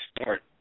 start